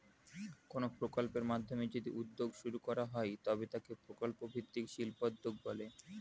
কোনো প্রকল্পের মাধ্যমে যদি উদ্যোগ শুরু করা হয় তবে তাকে প্রকল্প ভিত্তিক শিল্পোদ্যোগ বলে